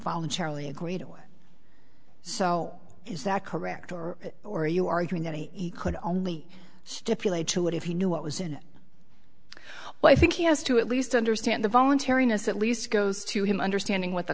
voluntarily agreed so is that correct or are you arguing that he could only stipulate to it if he knew what was in it why i think he has to at least understand the voluntariness at least goes to him understanding what the